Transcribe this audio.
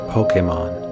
Pokemon